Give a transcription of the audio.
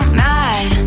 mad